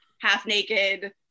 half-naked